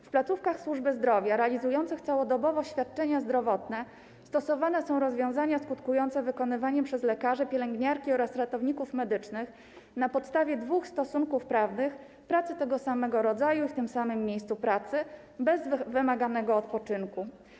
W placówkach służby zdrowia realizujących całodobowo świadczenia zdrowotne stosowane są rozwiązania skutkujące wykonywaniem przez lekarzy, pielęgniarki oraz ratowników medycznych na podstawie dwóch stosunków prawnych pracy tego samego rodzaju w tym samym miejscu pracy bez wymaganego odpoczynku.